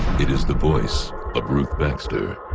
it is the voice of ruth baxter